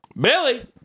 Billy